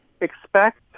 expect